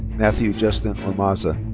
matthew justin ormaza.